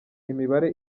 imibare